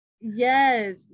Yes